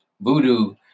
voodoo